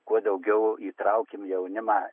kuo daugiau įtraukim jaunimą